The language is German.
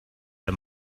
der